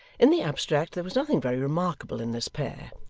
in the abstract there was nothing very remarkable in this pair,